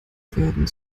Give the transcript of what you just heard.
werden